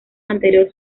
anterior